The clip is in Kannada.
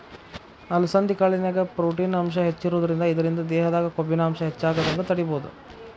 ಅಲಸಂಧಿ ಕಾಳಿನ್ಯಾಗ ಪ್ರೊಟೇನ್ ಅಂಶ ಹೆಚ್ಚಿರೋದ್ರಿಂದ ಇದ್ರಿಂದ ದೇಹದಾಗ ಕೊಬ್ಬಿನಾಂಶ ಹೆಚ್ಚಾಗದಂಗ ತಡೇಬೋದು